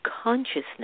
Consciousness